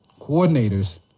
coordinators